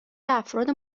افراد